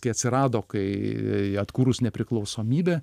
kai atsirado kai atkūrus nepriklausomybę